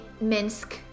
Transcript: Minsk